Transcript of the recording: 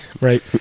right